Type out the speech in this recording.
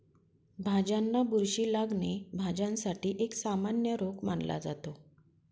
भाज्यांना बुरशी लागणे, भाज्यांसाठी एक सामान्य रोग मानला जातो